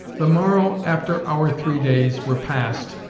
the morrow after our three days were past,